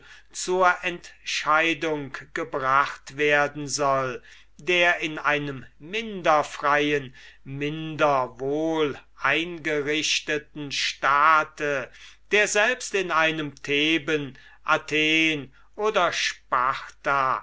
zur entscheidung gebracht werden soll der in einem minder freien minder wohleingerichteten staat der selbst in einem theben athen oder